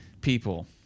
people